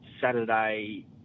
Saturday